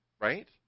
right